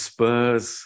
Spurs